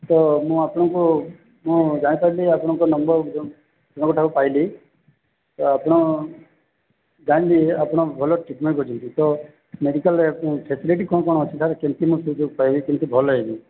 ତ ମୁଁ ଆପଣଙ୍କୁ ମୁଁ ଜାଣିପାରିଲି ଆପଣଙ୍କ ନମ୍ବର୍କୁ ଜଣଙ୍କ ଠାରୁ ପାଇଲି ତ ଆପଣ ଜାଣିଲି ଆପଣ ଭଲ ଟ୍ରିଟମେଣ୍ଟ୍ କରୁଛନ୍ତି ତ ମେଡିକାଲ୍ରେ ଫେସିଲିଟି କ'ଣ କ'ଣ ଅଛି ସାର୍ କେମିତି ଭଲ ହେବି